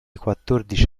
quattordici